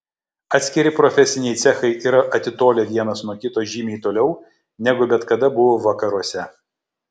atskiri profesiniai cechai yra atitolę vienas nuo kito žymiai toliau negu bet kada buvo vakaruose